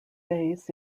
bass